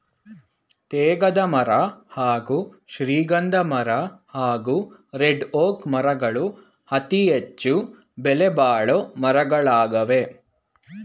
ತೇಗದಮರ ಹಾಗೂ ಶ್ರೀಗಂಧಮರ ಹಾಗೂ ರೆಡ್ಒಕ್ ಮರಗಳು ಅತಿಹೆಚ್ಚು ಬೆಲೆಬಾಳೊ ಮರಗಳಾಗವೆ